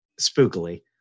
spookily